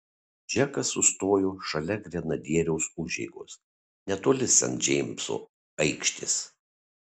džekas sustojo šalia grenadieriaus užeigos netoli sent džeimso aikštės